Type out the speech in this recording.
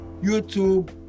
YouTube